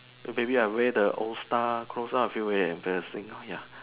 maybe I wear the old star clothes lor I feel very embarrassing lor ya